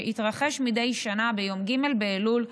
שיתרחש מדי שנה ביום ג' באלול,